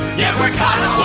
yeah we're cops.